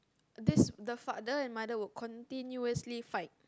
this the father and mother will continuously fight